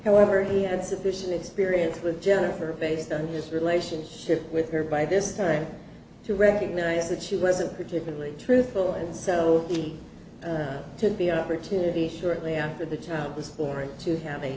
however he had sufficient experience with jennifer based on his relationship with her by this time to recognize that she wasn't particularly truthful and so easy to be opportunity shortly after the child was born to have a